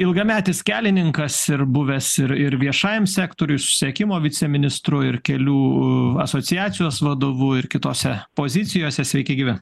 ilgametis kelininkas ir buvęs ir ir viešąjam sektoriuj susisiekimo viceministru ir kelių asociacijos vadovu ir kitose pozicijose sveiki gyvi